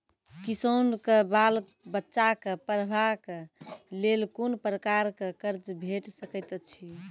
किसानक बाल बच्चाक पढ़वाक लेल कून प्रकारक कर्ज भेट सकैत अछि?